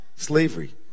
slavery